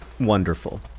wonderful